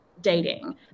dating